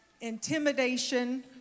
intimidation